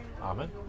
amen